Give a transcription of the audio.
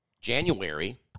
January